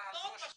מאוד פשוט.